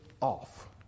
off